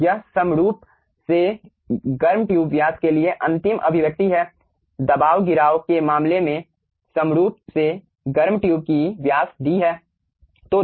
तो यह समरूप से गर्म ट्यूब व्यास के लिए अंतिम अभिव्यक्ति है दबाव गिराव के मामले में समरूप से गर्म ट्यूब की व्यास D है